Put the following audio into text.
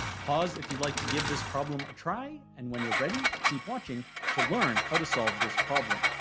pause if you'd like to give this problem a try and when you're ready keep watching to learn how to solve this problem.